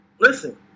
Listen